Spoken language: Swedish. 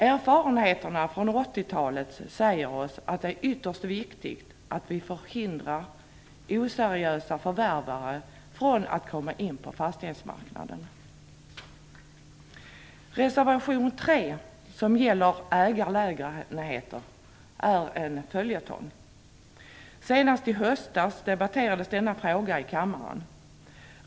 Erfarenheterna från 80-talet säger oss att det är ytterst viktigt att förhindra oseriösa förvärvare att komma in på fastighetsmarknaden. Reservation 3, som gäller ägarlägenheter, är en följetong. Senast i höstas debatterades den frågan i kammaren.